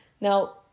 Now